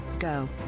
Go